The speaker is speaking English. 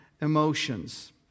emotions